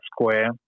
square